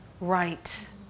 right